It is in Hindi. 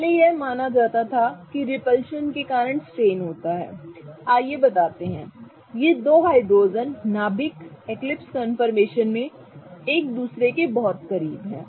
पहले यह माना जाता था कि रिपल्शन के कारण स्ट्रेन होता है आइए बताते हैं ये दो हाइड्रोजन नाभिक एक्लिप्स कन्फर्मेशन में वे एक दूसरे के बहुत करीब हैं